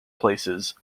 places